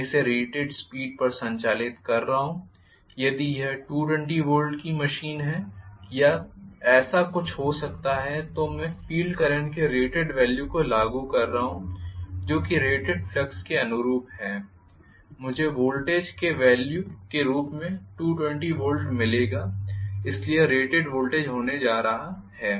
मैं इसे rated speed पर संचालित कर रहा हूं इसलिए यदि यह 220 वोल्ट की मशीन है या ऐसा कुछ हो सकता है तो मैं फील्ड करंट के रेटेड वेल्यू को लागू कर रहा हूं जो कि रेटेड फ्लक्स के अनुरूप है मुझे वोल्टेज के वेल्यू के रूप में 220 वोल्ट मिलेगा इसलिए यह रेटेड वोल्टेज होने जा रहा है